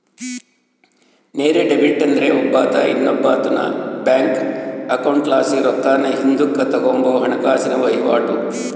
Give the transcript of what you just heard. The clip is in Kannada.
ನೇರ ಡೆಬಿಟ್ ಅಂದ್ರ ಒಬ್ಬಾತ ಇನ್ನೊಬ್ಬಾತುನ್ ಬ್ಯಾಂಕ್ ಅಕೌಂಟ್ಲಾಸಿ ರೊಕ್ಕಾನ ಹಿಂದುಕ್ ತಗಂಬೋ ಹಣಕಾಸಿನ ವಹಿವಾಟು